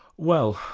well,